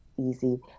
Easy